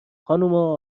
خانمها